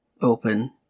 open